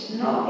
no